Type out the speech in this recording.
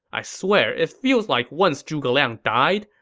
i swear, it feels like once zhuge liang died,